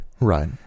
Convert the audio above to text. right